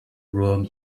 room